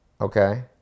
okay